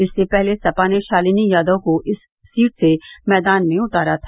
इससे पहले सपा ने शालिनी यादव को इस सीट से मैदान में उतारा था